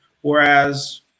Whereas